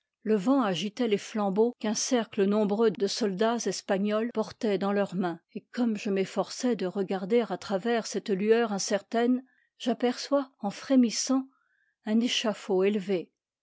le vent agitait les flambeaux qu'un cercle nomclara brackenbourg clara brackenbourg clara clara brackenbour breux de soldats espagno s portaient dans leurs mains et comme je m'efforçais de regarder à travers cette lueur incertaine j'aperçois en frémissant un échafaud élevé